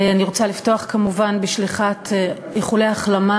אני רוצה לפתוח כמובן בשליחת איחולי החלמה